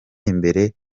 imbere